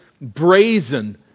brazen